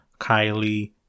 Kylie